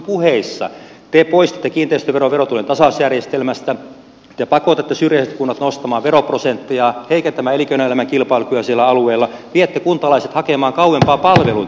te poistatte kiinteistöveron verotulojen tasausjärjestelmästä te pakotatte syrjäiset kunnat nostamaan veroprosenttejaan heikentämään elinkeinoelämän kilpailukykyä siellä alueella viette kuntalaiset hakemaan kauempaa palveluita